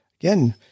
again